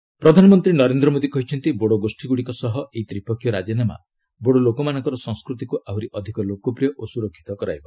ଆଡ ବୋଡୋଲ୍ୟାଣ୍ଡ ପ୍ରଧାନମନ୍ତ୍ରୀ ନରେନ୍ଦ୍ର ମୋଦୀ କହିଛନ୍ତି ବୋଡୋ ଗୋଷୀଗୁଡ଼ିକ ସହ ଏହି ତ୍ରିପକ୍ଷୀୟ ରାଜିନାମା ବୋଡୋ ଲୋକମାନଙ୍କର ସଂସ୍କୃତିକୁ ଆହୁରି ଅଧିକ ଲୋକପ୍ରିୟ ଓ ସୁରକ୍ଷିତ କରାଇବ